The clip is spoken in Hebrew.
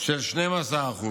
של 12%: